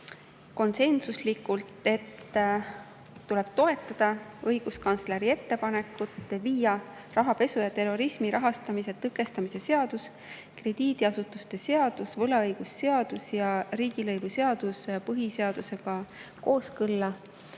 järeldusele, et tuleb toetada õiguskantsleri ettepanekut viia rahapesu ja terrorismi rahastamise tõkestamise seadus, krediidiasutuste seadus, võlaõigusseadus ja riigilõivuseadus põhiseadusega kooskõlla.